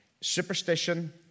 Superstition